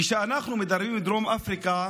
כשאנחנו מדברים על דרום אפריקה